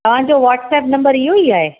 तव्हांजो WhatsApp number इहो ई आहे